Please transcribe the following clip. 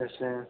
अच्छा